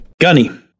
Gunny